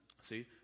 See